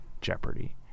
jeopardy